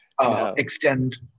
Extend